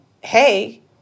hey